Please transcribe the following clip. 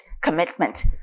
commitment